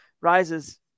rises